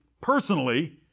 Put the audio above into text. personally